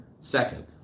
second